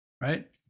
right